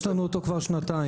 יש לנו אותו כבר שנתיים.